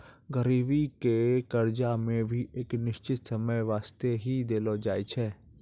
गरीबी के कर्जा मे भी एक निश्चित समय बासते ही देलो जाय छै